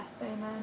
Amen